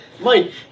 Mike